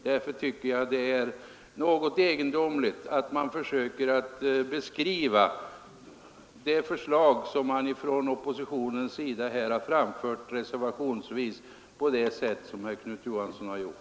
Därför tycker jag det är något egendomligt att han försöker beskriva det förslag som oppositionen har framfört reservationsvis på det sätt som han har gjort.